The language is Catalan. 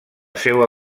seua